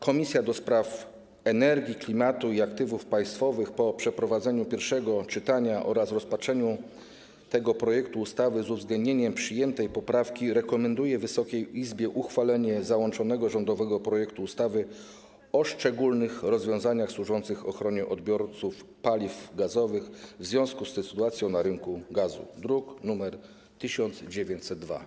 Komisja do Spraw Energii, Klimatu i Aktywów Państwowych po przeprowadzeniu pierwszego czytania oraz rozpatrzeniu tego projektu ustawy z uwzględnieniem przyjętej poprawki rekomenduje Wysokiej Izbie uchwalenie załączonego rządowego projektu ustawy o szczególnych rozwiązaniach służących ochronie odbiorców paliw gazowych w związku z sytuacją na rynku gazu, druk nr 1902.